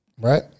Right